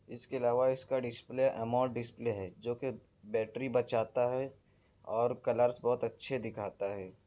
اس کے علاوہ اس کا ڈسپلے امولڈ ڈسپلے ہے جو کہ بیٹری بچاتا ہے اور کلرس بہت اچھے دکھاتا ہے